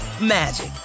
magic